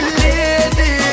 lady